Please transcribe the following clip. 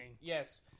Yes